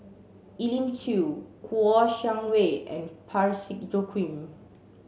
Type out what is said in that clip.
Elim Chew Kouo Shang Wei and Parsick Joaquim